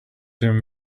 him